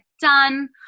done